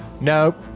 Nope